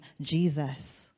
Jesus